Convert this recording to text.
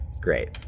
Great